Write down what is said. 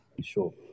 sure